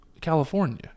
California